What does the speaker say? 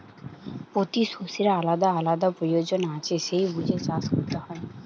পোতি শষ্যের আলাদা আলাদা পয়োজন আছে সেই বুঝে চাষ কোরতে হয়